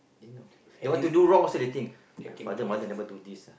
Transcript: they know they want to do wrong also they think my father mother never do this ah